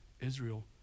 Israel